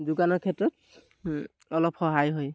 যোগানৰ ক্ষেত্ৰত অলপ সহায় হয়